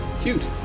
cute